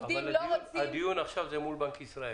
אבל הדיון עכשיו זה מול בנק ישראל.